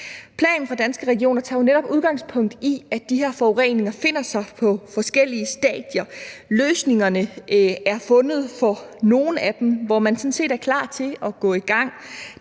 Planen fra Danske Regioner tager netop udgangspunkt i, at de her forureninger befinder sig på forskellige stadier. Løsningerne er fundet for nogle af dem, hvor man sådan set er klar til at gå i gang.